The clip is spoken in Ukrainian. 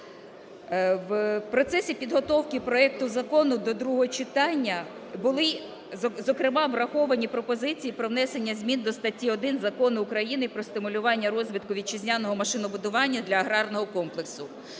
В процесі підготовки проекту закону до другого читання були, зокрема, враховані пропозиції про внесення змін до статті 1 Закону України "Про стимулювання розвитку вітчизняного машинобудування для аграрного комплексу".